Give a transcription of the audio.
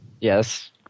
yes